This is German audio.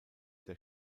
der